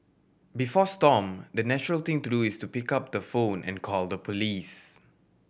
before Stomp the natural thing to do is to pick up the phone and call the police